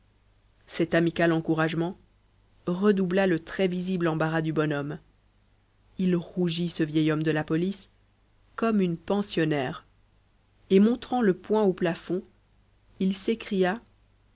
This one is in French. cet amical encouragement redoubla le très visible embarras du bonhomme il rougit ce vieil homme de la police comme une pensionnaire et montrant le poing au plafond il s'écria